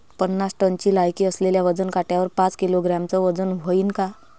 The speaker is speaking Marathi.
पन्नास टनची लायकी असलेल्या वजन काट्यावर पाच किलोग्रॅमचं वजन व्हईन का?